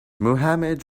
mohammad